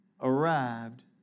arrived